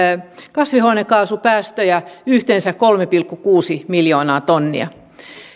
kasvihuonekaasupäästöjä yhteensä kolme pilkku kuusi miljoonaa tonnia